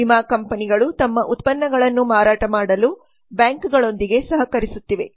ವಿಮಾ ಕಂಪನಿಗಳು ತಮ್ಮ ಉತ್ಪನ್ನಗಳನ್ನು ಮಾರಾಟ ಮಾಡಲು ಬ್ಯಾಂಕುಗಳೊಂದಿಗೆ ಸಹಕರಿಸುತ್ತಿವೆ